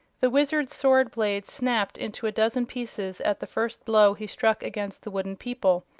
the wizard's sword-blade snapped into a dozen pieces at the first blow he struck against the wooden people.